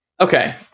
Okay